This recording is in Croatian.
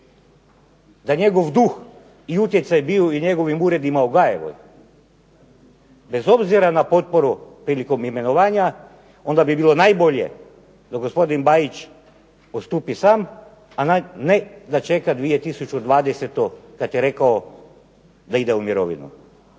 da njegov duh i utjecaj bio u njegovim uredima u Gajevoj, bez obzira na potporu prilikom imenovanja, onda bi bilo najbolje da gospodin Bajić odstupi sam, a ne da će čeka 2020. kad je rekao da ide u mirovinu.